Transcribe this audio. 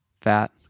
fat